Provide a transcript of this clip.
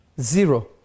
Zero